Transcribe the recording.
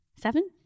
seven